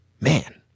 man